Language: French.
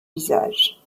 visage